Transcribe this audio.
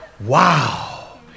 Wow